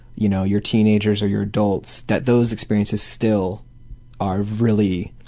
you know, you're teenagers or you're adults, that those experiences still are really